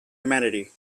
humanity